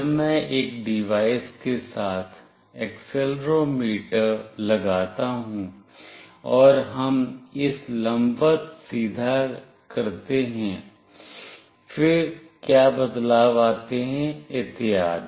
जब मैं एक डिवाइस के साथ एक्सेलेरोमीटर लगाता हूं और हम इसे लंबवत सीधा करते हैं फिर क्या बदलाव आते हैं इत्यादि